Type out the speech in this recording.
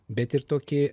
bet ir tokie